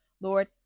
Lord